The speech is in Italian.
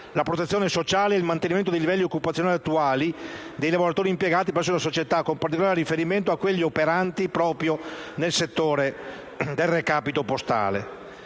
la protezione sociale e il mantenimento dei livelli occupazionali attuali di tutti i lavoratori impiegati presso la società, con particolare riferimento a quelli operanti proprio nel settore del recapito postale.